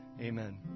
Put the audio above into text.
Amen